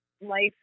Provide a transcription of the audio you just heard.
life